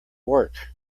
work